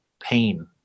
pain